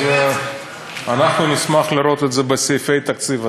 אז אנחנו נשמח לראות את זה בסעיפי התקציב.